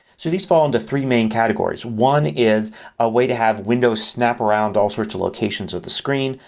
so these fall into three main categories. one is a way to have windows snap around all sorts of locations of the screen.